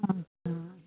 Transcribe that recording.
अहाँ चलू